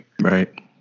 Right